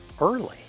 early